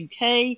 UK